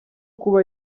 kuba